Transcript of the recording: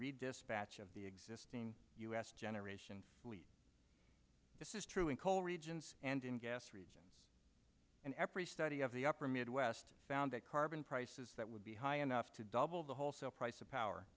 redispatch of the existing us generation fleet this is true in coal regions and in gas region and every study of the upper midwest found that carbon prices that would be high enough to double the wholesale price of power